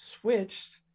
switched